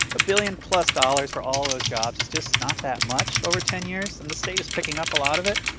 a billion-plus dollars for all those jobs is just not that much over ten years, and the state is picking up a lot of it.